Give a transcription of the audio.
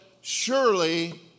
surely